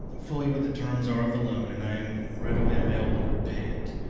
fully, what the terms are of the loan, and i am readily available to pay it.